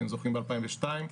ב-2002,